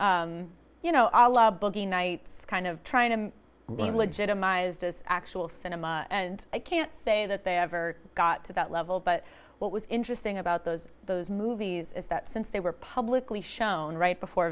wars you know a lot of building nights kind of trying to legitimize this actual cinema and i can't say that they ever got to that level but what was interesting about those those movies is that since they were publicly shown right before